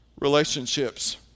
relationships